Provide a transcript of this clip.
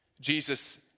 Jesus